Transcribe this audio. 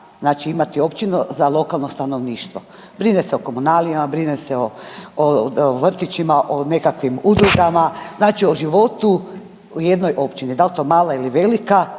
znači imati općinu za lokalno stanovništvo. Brine se o komunalijama, brine se o vrtićima, o nekakvim udrugama znači o životu u jednoj općini da li to mala ili velika,